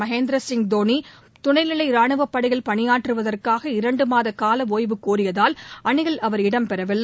மகேந்திர சிங் தோனி துணை நிலை ரானுவப்படையில் பணியாற்றுவதற்காக இரண்டு மாத கால ஓய்வு கோரியதால் அணியில் அவர் இடம்பெறவில்லை